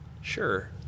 Sure